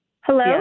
Hello